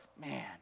man